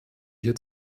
hier